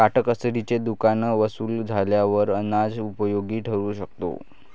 काटकसरीचे दुकान वसूल झाल्यावर अंदाज उपयोगी ठरू शकतो